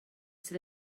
sydd